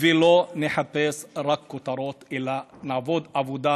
לא נחפש רק כותרות אלא נעבוד עבודה